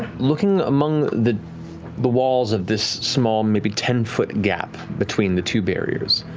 looking among the the walls of this small, maybe ten-foot gap between the two barriers,